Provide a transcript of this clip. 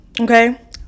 okay